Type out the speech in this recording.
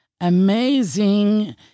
Amazing